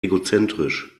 egozentrisch